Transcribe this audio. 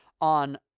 on